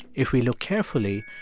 if we look carefully,